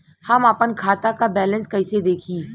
हम आपन खाता क बैलेंस कईसे देखी?